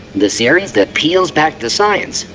the series that peels back the science.